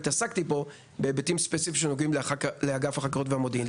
אני התעסקתי בו בהיבטים ספציפיים שנוגעים לאגף החקירות והמודיעין.